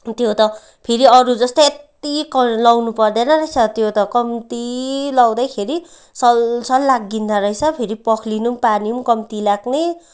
त्यो त फेरि अरू जस्तै यति क लाउनु पर्दैन रहेछ त्यो त कम्ती लाउँदैखेरि सलसल लागिँदोरहेछ फेरि पखालिनु नि पानी पनि कम्ती लाग्ने